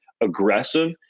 aggressive